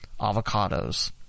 Avocados